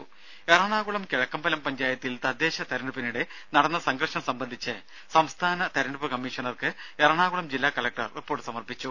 ദേദ എറണാകുളം കിഴക്കമ്പലം പഞ്ചായത്തിൽ തദ്ദേശ തിരഞ്ഞെടുപ്പിനിടെ നടന്ന സംഘർഷം സംബന്ധിച്ച് സംസ്ഥാന തിരഞ്ഞെടുപ്പ് കമ്മീഷണർക്ക് എറണാകുളം ജില്ലാ കലക്ടർ റിപ്പോർട്ട് സമർപ്പിച്ചു